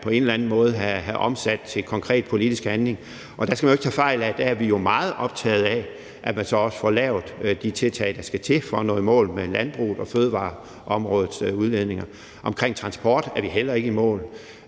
på en eller anden måde skal have omsat til konkret politisk handling. Der skal man jo ikke tage fejl af, at vi jo er meget optaget af, at man så også får lavet de tiltag, der skal til for at nå i mål med landbrugs- og fødevareområdets udledninger. Omkring transport er vi heller ikke i mål.